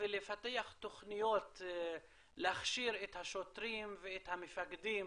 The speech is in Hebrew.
ולפתח תוכניות להכשיר את השוטרים ואת המפקדים